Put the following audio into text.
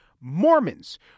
Mormons